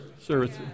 service